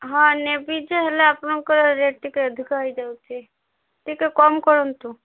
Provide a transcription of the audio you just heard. ହଁ ନେବି ଯେ ହେଲେ ଆପଣଙ୍କର ରେଟ୍ ଟିକେ ଅଧିକ ହେଇଯାଉଛି ଟିକେ କମ୍ କରନ୍ତୁ